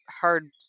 hard